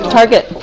Target